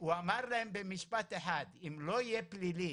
הוא אמר להם במשפט אחד "אם זה לא יהיה פלילי